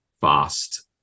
fast